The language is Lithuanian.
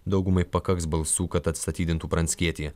daugumai pakaks balsų kad atstatydintų pranckietį